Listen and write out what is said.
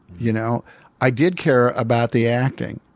you know i did care about the acting.